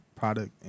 product